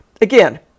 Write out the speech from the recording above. Again